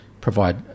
provide